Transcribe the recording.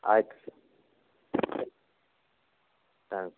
ಆಯಿತು ಸರ್ ಹಾಂ